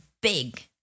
big